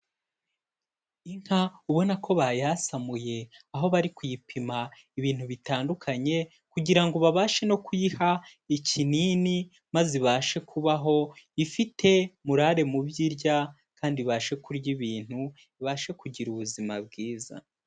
Inka ubona ko bayasamuye aho bari kuyipima ibintu bitandukanye kugira ngo babashe no kuyiha ikinini maze ibashe kubaho ifite morare mu byo irya kandi ibashe kurya ibintu, ibashe kugira ubuzima bwiza.